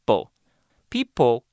People